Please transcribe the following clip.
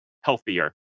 healthier